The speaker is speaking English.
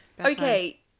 Okay